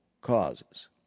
causes